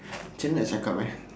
macam mana nak cakap eh